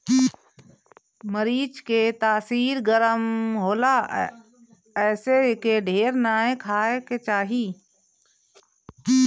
मरीच के तासीर गरम होला एसे एके ढेर नाइ खाए के चाही